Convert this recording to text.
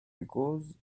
because